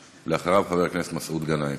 ואחריו, חבר הכנסת מסעוד גנאים.